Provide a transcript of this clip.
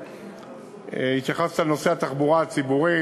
התייחסת לנושא התחבורה הציבורית.